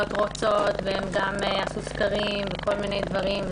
רוצות והם גם ערכו סקרים וכל מיני דברים.